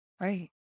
Right